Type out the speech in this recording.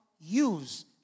use